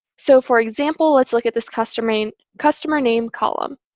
so for example, let's look at this customer i mean customer name column.